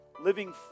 Living